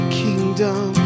kingdom